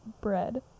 bread